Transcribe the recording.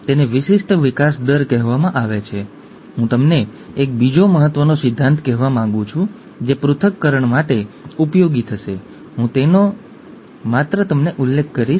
તમે આ વિડિઓ જોઈ શકો છો જે તમને સિસ્ટિક ફાઇબ્રોસિસનો થોડો ખ્યાલ આપે છે તે એક વૈકલ્પિક વિડિઓ કહીએ